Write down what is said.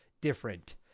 different